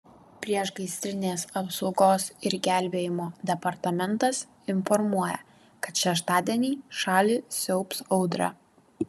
priešgaisrinės apsaugos ir gelbėjimo departamentas informuoja kad šeštadienį šalį siaubs audra